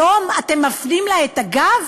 היום אתם מפנים לה את הגב?